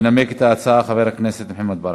ינמק את ההצעה חבר הכנסת מוחמד ברכה.